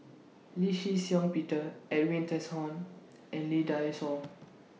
Lee Shih Shiong Peter Edwin Tessensohn and Lee Dai Soh